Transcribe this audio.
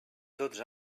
tots